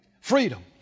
Freedom